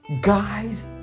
guys